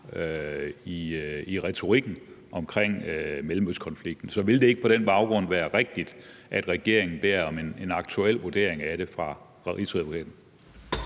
i retorikken omkring Mellemøstkonflikten. Så ville det ikke på den baggrund være rigtigt, at regeringen bad om en aktuel vurdering af det fra